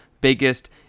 biggest